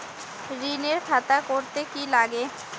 ঋণের খাতা করতে কি লাগে?